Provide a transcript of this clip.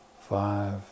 five